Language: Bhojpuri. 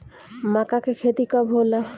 माका के खेती कब होला?